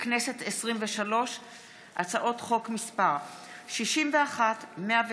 מרדכי ביטון, הצעות החוק שמספרן פ/61/23,